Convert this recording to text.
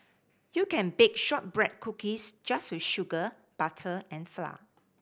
you can bake shortbread cookies just with sugar butter and flour